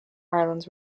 islands